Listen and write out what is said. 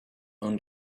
own